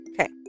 okay